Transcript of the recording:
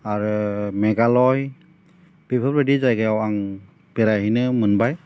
आरो मेघालय बेफोरबायदि जायगायाव आं बेरायहैनो मोनबाय